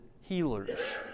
healers